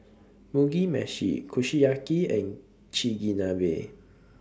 Mugi Meshi Kushiyaki and Chigenabe